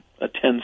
attend